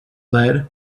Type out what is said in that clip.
lead